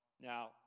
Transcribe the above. Now